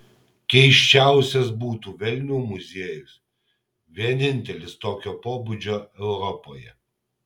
keisčiausias būtų velnių muziejus vienintelis tokio pobūdžio europoje